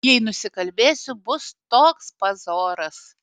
jei nusikalbėsiu bus toks pazoras